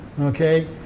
Okay